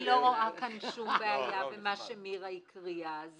אני לא רואה כאן שום בעיה במה שמירה הקריאה.